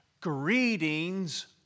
Greetings